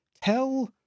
tell